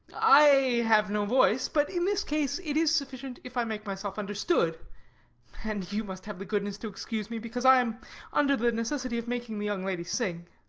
i have no voice but in this case it is sufficient if i make myself understood and you must have the goodness to excuse me, because i am under the necessity of making the young lady sing.